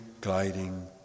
gliding